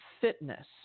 fitness